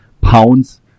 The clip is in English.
pounds